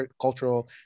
cultural